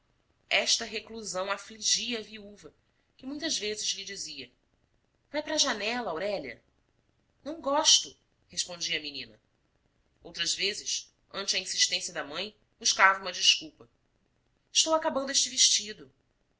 esta reclusão afligia a viúva que muitas vezes lhe dizia vai para a janela aurélia não gosto respondia a menina outras vezes ante a insistência da mãe buscava uma desculpa estou acabando este vestido